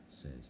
says